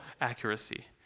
accuracy